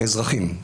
אזרחים.